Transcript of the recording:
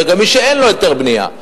וגם מי שאין לו היתר בנייה,